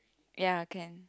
ya can